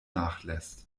nachlässt